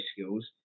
skills